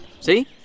See